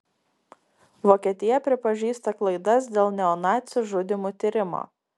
vokietija pripažįsta klaidas dėl neonacių žudymų tyrimo